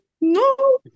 no